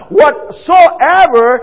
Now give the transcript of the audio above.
whatsoever